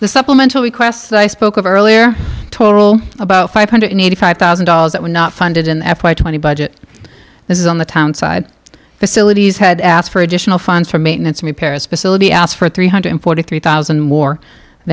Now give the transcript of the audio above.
the supplemental request i spoke of earlier total about five hundred and eighty five thousand dollars that were not funded in f y twenty budget this is on the town side facilities had asked for additional funds for maintenance repairs facility asked for three hundred and forty three thousand